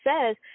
says